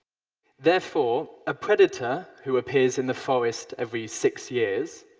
therefore, a predator who appears in the forest every six years,